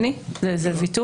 לא.